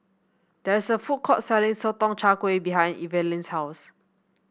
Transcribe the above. there is a food court selling Sotong Char Kway behind Evalena's house